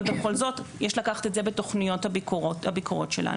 אבל בכל זאת יש לקחת את זה בתכניות הביקורות שלנו.